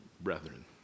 brethren